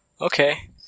okay